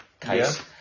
case